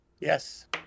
Yes